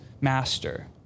master